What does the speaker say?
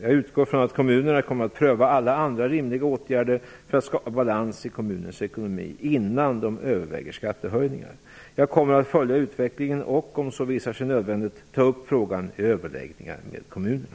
Jag utgår ifrån att kommunerna kommer att pröva alla andra rimliga åtgärder för att skapa balans i kommunens ekonomi innan de överväger skattehöjningar. Jag kommer att följa utvecklingen och - om så visar sig nödvändigt - ta upp frågan i överläggningar med kommunerna.